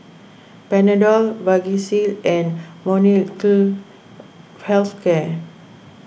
Panadol Vagisil and Molnylcke Health Care